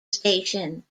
station